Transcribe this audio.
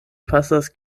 pasas